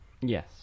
Yes